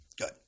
Good